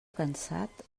cansat